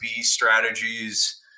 strategies